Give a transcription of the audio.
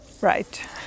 Right